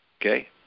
Okay